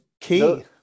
key